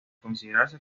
considerarse